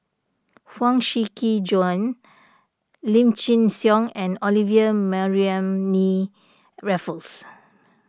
Huang Shiqi Joan Lim Chin Siong and Olivia Mariamne Raffles